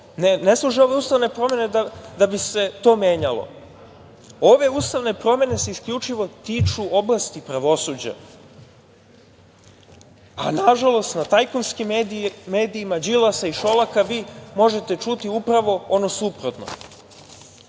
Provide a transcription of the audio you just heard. služe ove ustavne promene da bi se to menjalo. Ove ustavne promene se isključivo tiču oblasti pravosuđa. Nažalost, na tajkunskim medijima Đilasa i Šolaka možete čuti upravo ono suprotno. Navešću